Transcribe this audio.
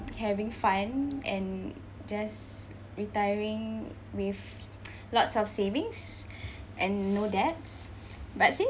having fun and just retiring with lots of savings and no debts but since